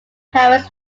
paris